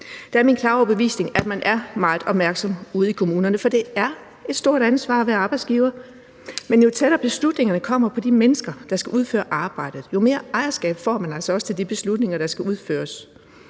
Det er min klare overbevisning, at man er meget opmærksom ude i kommunerne, for det er et stort ansvar at være arbejdsgiver, men jo tættere beslutningerne kommer på de mennesker, der skal udføre arbejdet, jo mere ejerskab får man altså også over de beslutninger, der skal udføres.